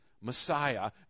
Messiah